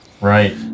Right